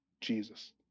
Jesus